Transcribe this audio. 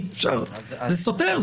זה סותר,